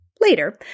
Later